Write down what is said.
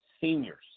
seniors